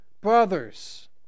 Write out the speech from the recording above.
brothers